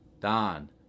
Don